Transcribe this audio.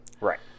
Right